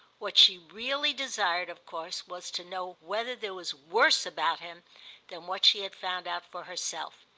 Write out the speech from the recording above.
what she really desired of course was to know whether there was worse about him than what she had found out for herself.